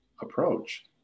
approach